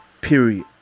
Period